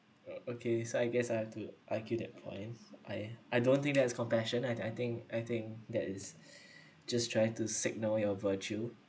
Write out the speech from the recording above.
okay so I guess I'll have to argue that point I I don't think that's compassion and I think I think that is just trying to signal your virtue